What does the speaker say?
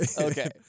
Okay